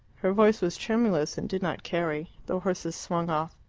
her voice was tremulous, and did not carry. the horses swung off.